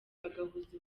bagahuza